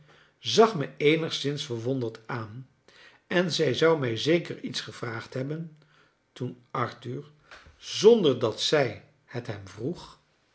zag me eenigszins verwonderd aan en zij zou mij zeker iets gevraagd hebben toen arthur zonder dat zij het hem vroeg